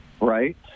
Right